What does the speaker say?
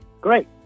Great